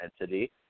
entity